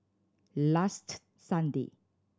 last Sunday